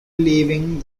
leaving